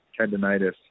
tendonitis